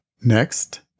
Next